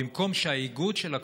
במקום שהאיגוד של הקבוצה,